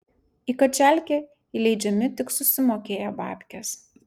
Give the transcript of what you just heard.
į kačialkę įleidžiami tik susimokėję babkes